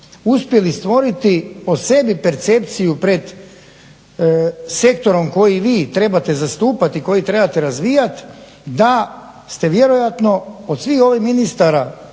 uspjeli stvoriti o sebi percepciju pred sektorom koji vi trebate zastupati i koji trebate razvijati da ste vjerojatno od svih ovih ministara